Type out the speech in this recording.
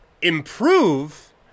improve